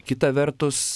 kita vertus